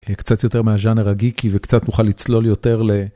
קצת יותר מהז'אנר הגיקי וקצת נוכל לצלול יותר ל.